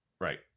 Right